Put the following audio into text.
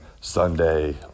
Sunday